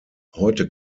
heute